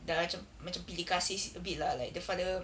dah macam macam pilih kasih si~ a bit lah like the father